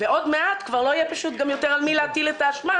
עוד מעט כבר לא יהיה יותר על מי להטיל את האשמה,